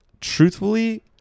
truthfully